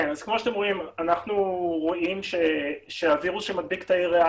אנחנו רואים שהווירוס שמדביק תאי ריאה